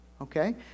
Okay